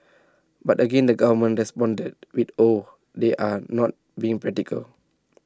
but again the government responded with oh they're not being practical